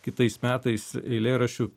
kitais metais eilėraščiu